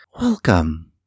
Welcome